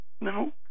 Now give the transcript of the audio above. no